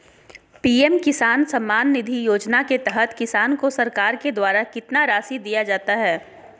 PM Kisan Samman Nidhi Yojana के तहत किसान को सरकार के द्वारा कितना रासि दिया जाता है?